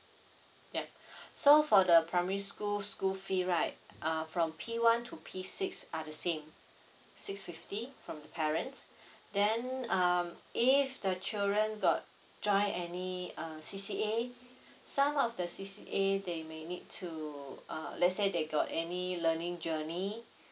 ya so for the primary school school fee right uh from P one to P six are the same six fifty from parents then um if the children got join any um C_C_A some of the C_C_A they may need to uh let's say they got any learning journey